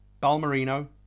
Balmerino